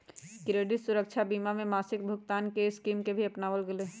credit सुरक्षवा बीमा में मासिक भुगतान के स्कीम के भी अपनावल गैले है